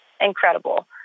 incredible